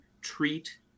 treat